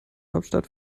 hauptstadt